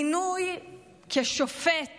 מינוי לשופט